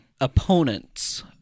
opponents